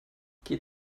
geht